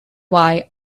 why